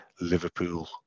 Liverpool